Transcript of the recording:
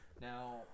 Now